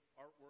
artwork